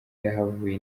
yahavuye